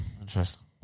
interesting